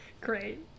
great